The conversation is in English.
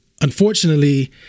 unfortunately